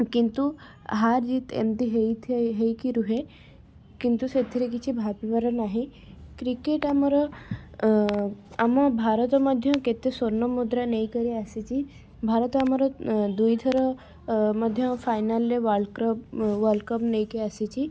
କିନ୍ତୁ ହାର ଜିତ ଏମିତି ହେଇଥା ହେଇକି ରୁହେ କିନ୍ତୁ ସେଥିରେ କିଛି ଭାବିବାର ନାହିଁ କ୍ରିକେଟ ଆମର ଆମ ଭାରତ ମଧ୍ୟ କେତେ ସ୍ୱର୍ଣ୍ଣ ମୁଦ୍ରା ନେଇକରି ଆସିଛି ଭାରତ ଆମର ଦୁଇଥର ମଧ୍ୟ ଫାଇନାଲରେ ୱାର୍ଲଡ଼କ୍ରପ୍ ୱାର୍ଲଡ଼କପ ନେଇକି ଆସିଛି